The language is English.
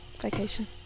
vacation